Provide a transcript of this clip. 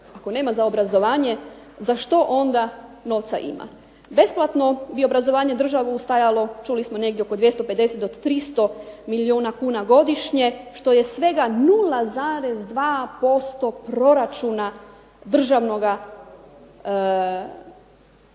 Ako nema za obrazovanje za što onda novca ima? Besplatno bi obrazovanje državu stajalo čuli smo negdje oko 250 do 300 milijuna kuna godišnje što je svega 0,2% proračuna državnoga.